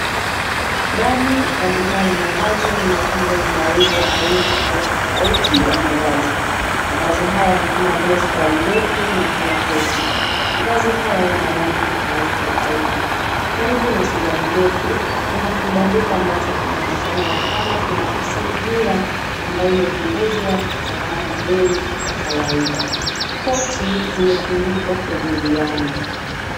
Ndani ya duka la mavazi na mapambo mnauzwa aina tofauti tofauti ya mavazi, mavazi haya ni kama vile suruali ndefu na vya koti. Mavazi haya yana rangi tofauti tofauti. Karibu na suruali ndefu kuna kibandiko ambacho kinachoonyeshana ya kwamba kuna asilimia ambayo imepunguzwa kutokana na bei ya kawaida koti zimetundikwa kwenye viyango.